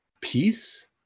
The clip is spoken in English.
peace